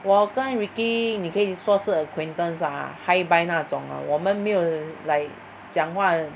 我跟 Ricky 你可以说是 acquaintance ah hi bye 那种 lor 我们没有 like 讲话